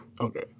Okay